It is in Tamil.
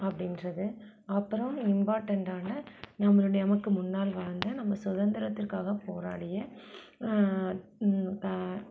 அப்படின்றது அப்பறம் இம்பார்ட்டண்ட்டான நம்மளுடைய நமக்கு முன்னாள் வாழ்ந்த நம்ம சுதந்திரத்திற்காக போராடிய